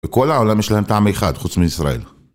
בכל העולם יש להם טעם אחד, חוץ מישראל.